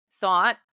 thought